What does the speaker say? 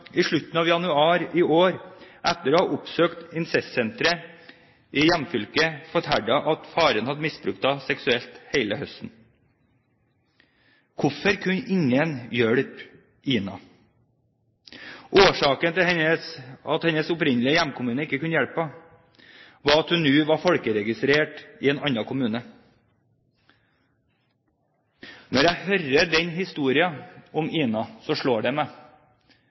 I slutten av januar i år, etter å ha oppsøkt incestsenteret i hjemfylket, fortalte hun at faren hadde misbrukt henne seksuelt hele høsten. Hvorfor kunne ingen hjelpe Ina? Årsaken til at hennes opprinnelige hjemkommune ikke kunne hjelpe henne, var at hun nå var folkeregistrert i en annen kommune. Når jeg hører denne historien om Ina, slår det meg: